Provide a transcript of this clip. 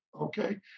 okay